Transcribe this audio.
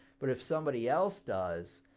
but if somebody else does,